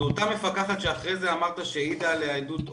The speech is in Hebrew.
זו אותה מפקחת שאמרת שאחר כך העידה עליה עדות אופי?